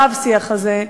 הרב-שיח הזה.